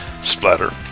splatter